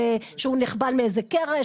שהוא נחבל מאיזה קרש,